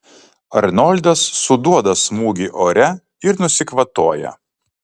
arnoldas suduoda smūgį ore ir nusikvatoja